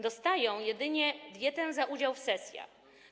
Dostają jedynie dietę za udział w sesjach.